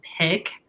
pick